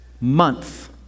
month